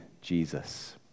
Jesus